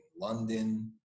London